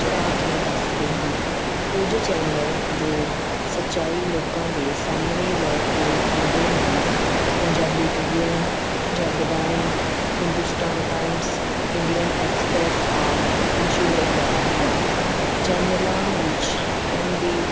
ਚੜਾ ਕੇ ਦੱਸਦੇ ਹਨ ਕੁਝ ਚੈਨਲ ਜੋ ਸੱਚਾਈ ਲੋਕਾਂ ਦੇ ਸਾਹਮਣੇ ਲੈ ਕੇ ਆਉਂਦੇ ਹਨ Punjabi Tribune Jagbani Hindustan Times Indian Express ਆਦਿ ਮਸ਼ਹੂਰ ਅਖਬਾਰ ਹਨ ਚੈਨਲਾਂ ਵਿੱਚ ਐੱਨ ਡੀ